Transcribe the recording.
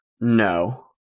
no